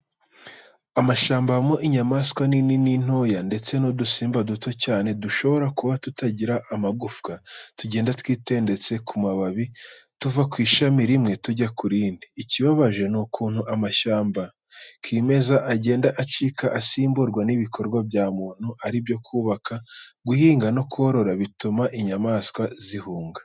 Amashyamba abamo inyamaswa nini n'intoya, ndetse n'udusimba duto cyane dushobora kuba tutagira amagupfa, tugenda twitendetse ku mababi, tuva ku ishami rimwe tujya ku rindi, ikibabaje ni ukuntu amashyamba kimeza agenda acika asimburwa n'ibikorwa bya muntu aribyo: kubaka, guhinga no korora, bituma inyamaswa zihunga.